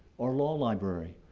our law library,